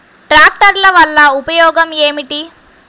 ట్రాక్టర్ల వల్ల ఉపయోగం ఏమిటీ?